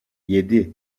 yedi